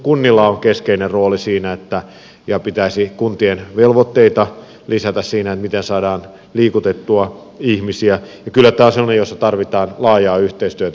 kunnilla on keskeinen rooli siinä ja pitäisi kuntien velvoitteita lisätä siinä miten saadaan liikutettua ihmisiä ja kyllä tämä on semmoinen jossa tarvitaan laajaa yhteistyötä